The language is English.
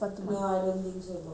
so got to take it up ah